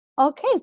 Okay